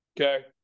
Okay